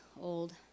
old